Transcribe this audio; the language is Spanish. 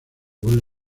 vuelve